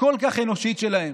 הכל-כך אנושית שלהם.